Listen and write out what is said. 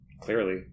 clearly